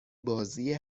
بازی